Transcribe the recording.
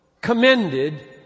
commended